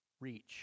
reach